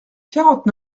quarante